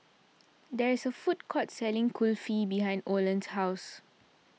there is a food court selling Kulfi behind Olan's house